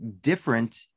different